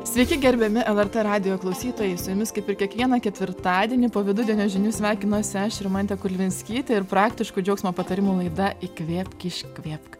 sveiki gerbiami lrt radijo klausytojai su jumis kaip ir kiekvieną ketvirtadienį po vidudienio žinių sveikinuosi aš rimantė kulvinskytė ir praktiškų džiaugsmo patarimų laida įkvėpk iškvėpk